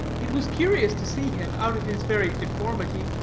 it was curious to see him, out of his very deformity,